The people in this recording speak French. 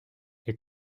les